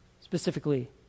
specifically